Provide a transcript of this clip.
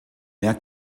mehr